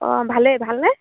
অঁ ভালেই ভালনে